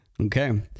Okay